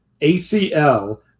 ACL